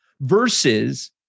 versus